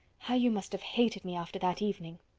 how you must have hated me after that evening?